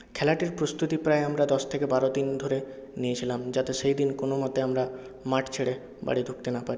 খেলাটির প্রস্তুতি প্রায় আমরা দশ থেকে বারো দিন ধরে নিয়েছিলাম যাতে সেইদিন কোনো মতে আমরা মাঠ ছেড়ে বাড়ি ঢুকতে না পারি